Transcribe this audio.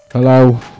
Hello